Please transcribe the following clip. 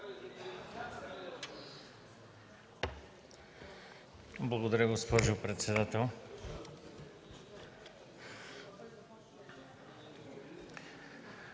Благодаря, госпожо председател.